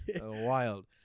wild